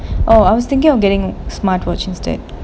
oh I was thinking of getting smartwatch instead